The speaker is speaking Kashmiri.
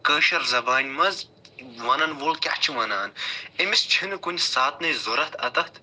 کٲشِر زَبانہِ منٛز وَنن وول کیاہ چھِ وَنان أمِس چھِنہٕ کُنہِ ساتنٕچ ضوٚرتھ اَتٮ۪تھ